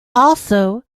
also